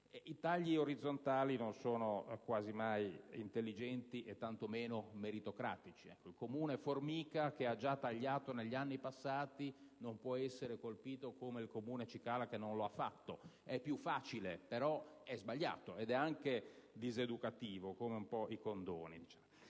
I tagli orizzontali non sono quasi mai intelligenti e tanto meno meritocratici. Il Comune formica, che ha già tagliato negli anni passati, non può essere colpito come il Comune cicala che non lo ha fatto. È più facile, però è sbagliato ed è anche diseducativo, come un po' accade